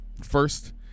First